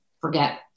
forget